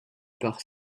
par